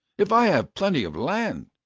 if i had plenty of land,